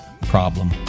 problem